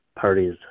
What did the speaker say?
parties